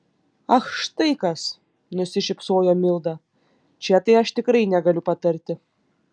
ach štai kas nusišypsojo milda čia tai aš tikrai negaliu patarti